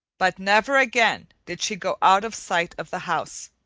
but never again did she go out of sight of the house.